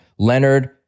Leonard